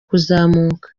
kuzamuka